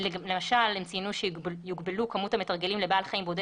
למשל הם ציינו שתוגבל כמות המתרגלים לבעל חיים בודד,